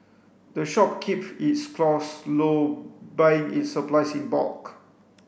the shop keep its cost low buying its supplies in bulk